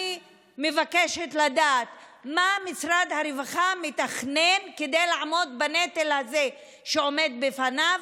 אני מבקשת לדעת מה משרד הרווחה מתכנן כדי לעמוד בנטל הזה שעומד בפניו,